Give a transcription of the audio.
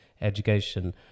education